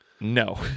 No